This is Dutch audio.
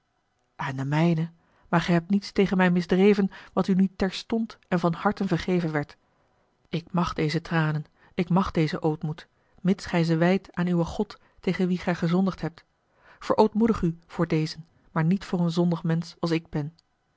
aan de mijne maar gij hebt niets tegen mij misdreven wat u niet terstond en van harten vergeven werd ik mag deze tranen ik mag dezen ootmoed mits gij ze wijdt aan uwen god tegen wien gij gezondigd hebt verootmoedig u voor dezen maar niet voor een zondig mensch als ik ben